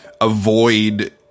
avoid